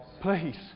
Please